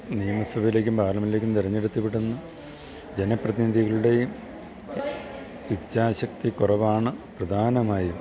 നിയമസഭയിലേക്കും പാർലമെൻ്റിലേക്കും തിരഞ്ഞെടുത്തു വിടുന്ന ജനപ്രതിനിധികളുടെയും ഇച്ഛാശക്തി കുറവാണ് പ്രധാനമായും